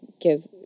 give